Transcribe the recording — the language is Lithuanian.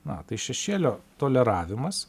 na tai šešėlio toleravimas